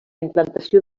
implantació